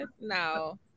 No